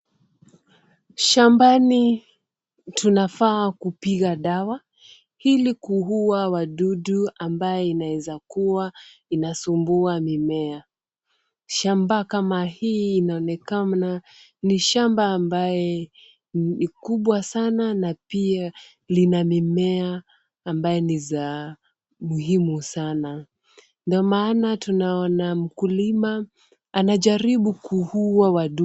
Shambani tunafaa kupiga dawa, ili kuua wadudu ambaye inaweza kuwa inasumbua mimea. Shamba kama hii inaonekana ni shamba ambaye ni kubwa sana, na pia lina mimea ambaye ni za muhimu sana. Ndio maana tunaona mkulima anajaribu kuua wadudu.